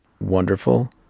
Wonderful